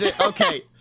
Okay